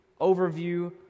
overview